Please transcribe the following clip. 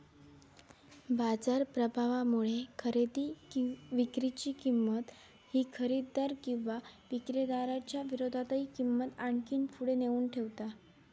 बाजार प्रभावामुळे खरेदी विक्री ची किंमत ही खरेदीदार किंवा विक्रीदाराच्या विरोधातही किंमत आणखी पुढे नेऊन ठेवता